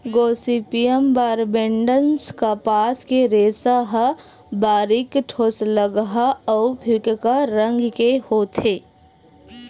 Gossypium barbadense कपास के रेसा ह बारीक, ठोसलगहा अउ फीक्का रंग के होथे